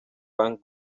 bank